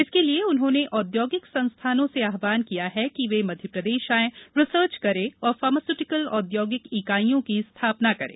इसके लिये उन्होंने औद्योगिक संस्थानों से आव्हान किया है कि वे मध्यप्रदेश आएं रिसर्च करें और फॉर्मास्युटिकल औद्योगिक ईकाईयों की स्थापना करें